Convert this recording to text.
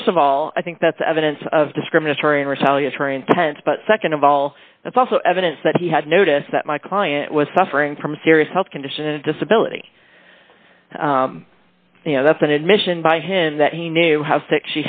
know st of all i think that's evidence of discriminatory and retaliatory intent but nd of all that's also evidence that he had noticed that my client was suffering from serious health condition a disability you know that's an admission by him that he knew how sick